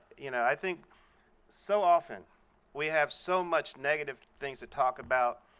you know, i think so often we have so much negative things to talk about,